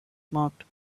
marked